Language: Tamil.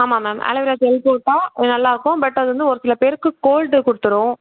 ஆமாம் மேம் ஆலோவேரா ஜெல் போட்டால் நல்லா இருக்கும் பட் அது வந்து ஒரு சில பேருக்கு கோல்டு கொடுத்துரும்